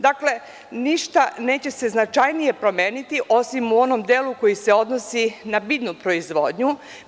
Dakle, ništa se neće značajnije promeniti, osim u onom delu koji se odnosi na biljnu proizvodnju.